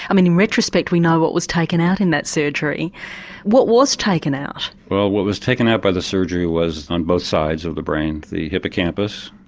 i mean in retrospect we know what was taken out in that surgery what was taken out? well what was taken out by the surgery was on both sides of the brain. the hippocampus,